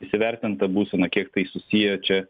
įvertint tą būseną kiek tai susiję čia